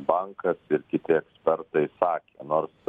bankas ir kiti ekspertai sakė nors